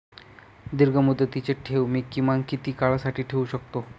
दीर्घमुदतीचे ठेव मी किमान किती काळासाठी ठेवू शकतो?